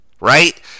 right